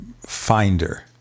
Finder